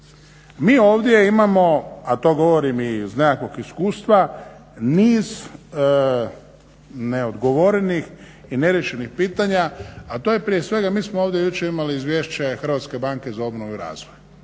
mi ovdje imamo, a to govorim i iz nekakvog iskustva niz neodgovorenih i neriješenih pitanja a to je prije svega mi smo ovdje jučer imali Izvješće Hrvatske banke za obnovu i razvoj.